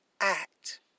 act